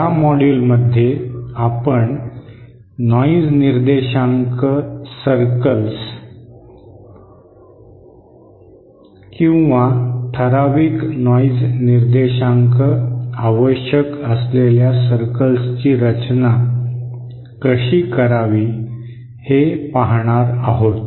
या मॉड्यूलमध्ये आपण नॉइज निर्देशांक सर्कल्स किंवा ठराविक नॉइज निर्देशांक आवश्यक असलेल्या सर्कल्सची रचना कशी करावी हे आपण पाहणार आहोत